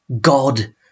God